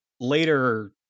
later